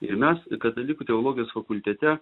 ir mes katalikų teologijos fakultete